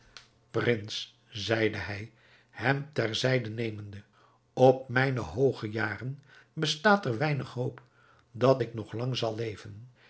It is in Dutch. prins zeide hij hem ter zeide nemende op mijne hooge jaren bestaat er weinig hoop dat ik nog lang zal leven